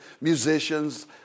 musicians